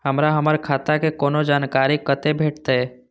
हमरा हमर खाता के कोनो जानकारी कते भेटतै